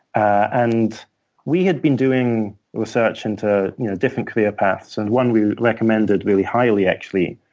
and we had been doing research into different career paths. and one we recommended really highly, actually,